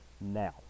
now